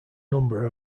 number